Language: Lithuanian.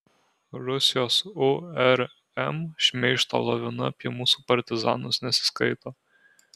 rusijos urm šmeižto lavina apie mūsų partizanus nesiskaito